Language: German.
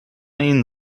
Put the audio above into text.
ihnen